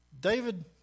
David